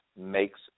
makes